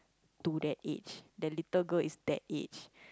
to that age that little girl is that age